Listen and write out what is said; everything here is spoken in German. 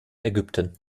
ägypten